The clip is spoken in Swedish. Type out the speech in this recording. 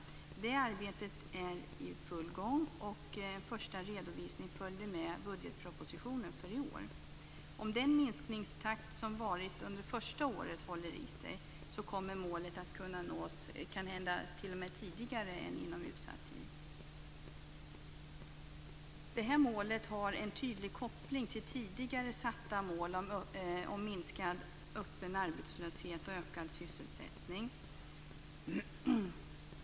Det arbetet är i full gång, och en första redovisning följde med budgetpropositionen för i år. Om den minskningstakt som varit under det första året håller i sig kommer målet att kunna nås kanhända t.o.m. tidigare än inom utsatt tid. Det här målet har en tydlig koppling till tidigare satta mål om minskad öppen arbetslöshet och ökad sysselsättning.